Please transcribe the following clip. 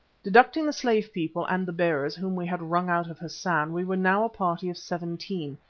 deducting the slave people and the bearers whom we had wrung out of hassan, we were now a party of seventeen,